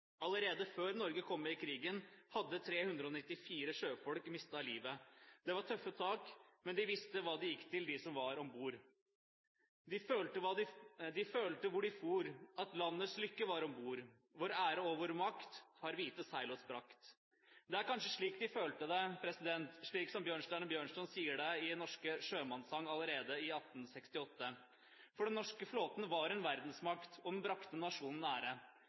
Allerede før Norge kom med i krigen, hadde 394 sjøfolk mistet livet. Det var tøffe tak, men de visste hva de gikk til, de som var om bord. «De følte, hvor de fór, at landets lykke var ombord: vor ære og vor magt har hvide sejl os bragt.» Det var kanskje slik de følte det, slik som Bjørnstjerne Bjørnson sier det i «Norsk sjømandssang» allerede i 1868. For den norske flåten var en verdensmakt, og den brakte nasjonen